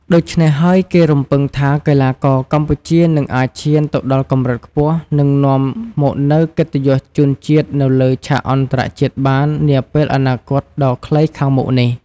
ដូច្នេះហើយ គេរំពឹងថាកីឡាករកម្ពុជានឹងអាចឈានទៅដល់កម្រិតខ្ពស់ និងនាំមកនូវកិត្តិយសជូនជាតិនៅលើឆាកអន្តរជាតិបាននាពេលអនាគតដ៏ខ្លីខាងមុខនេះ។